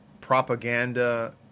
propaganda